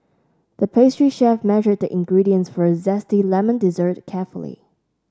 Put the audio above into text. the pastry chef measured the ingredients for a zesty lemon dessert carefully